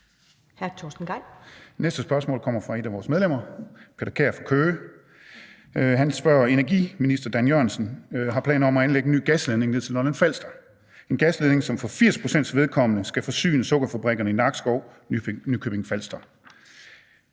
næste spørgsmål kommer fra et af vores medlemmer, Peter Kjær fra Køge. Han spørger: Klima-, energi- og forsyningsministeren har planer om at anlægge en ny gasledning ned til Lolland-Falster. Det er en gasledning, som for 80 pct.s vedkommende skal forsyne sukkerfabrikkerne i Nakskov og Nykøbing Falster.